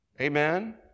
Amen